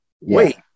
wait